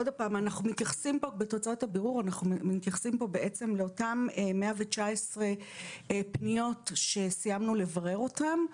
בתוצאות הבירור אנחנו מתייחסים לאותם 119 פניות שסיימנו לברר אותן.